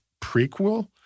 prequel